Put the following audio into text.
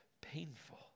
painful